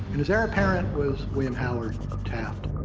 and his heir apparent was william howard taft.